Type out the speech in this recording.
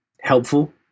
helpful